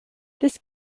this